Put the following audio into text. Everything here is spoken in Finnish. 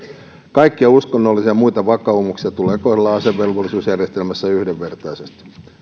kaikkia uskonnollisia ja muita vakaumuksia tulee kohdella asevelvollisuusjärjestelmässä yhdenvertaisesti